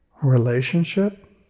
Relationship